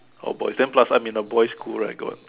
got boys then plus I am in a boys' school right got